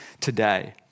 today